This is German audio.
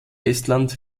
estland